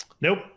Nope